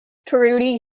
trudy